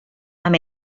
amb